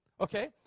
Okay